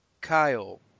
Kyle